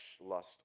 lust